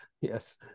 Yes